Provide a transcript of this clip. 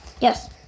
Yes